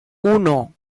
uno